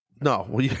No